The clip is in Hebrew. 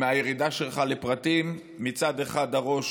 מהירידה שלך לפרטים, מצד אחד הראש